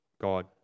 God